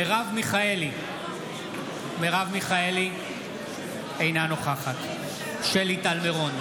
באמצע המלחמה יש כאן, וגנץ, על מגש של כסף נותן,